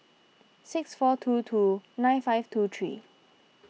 six four two two nine five two three